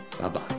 Bye-bye